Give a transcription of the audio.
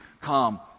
come